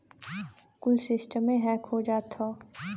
कुल सिस्टमे हैक हो जात हौ